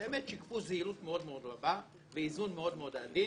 הן באמת שיקפו זהירות מאוד-מאוד רבה ואיזון מאוד-מאוד עדין